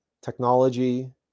technology